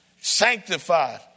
Sanctified